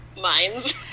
minds